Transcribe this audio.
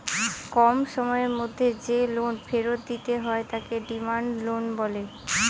কম সময়ের মধ্যে যে লোন ফেরত দিতে হয় তাকে ডিমান্ড লোন বলে